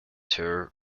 tour